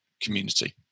community